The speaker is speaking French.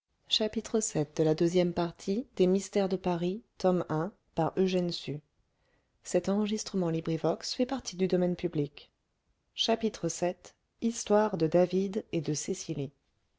baron vii histoire de david et de cecily